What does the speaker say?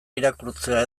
irakurtzea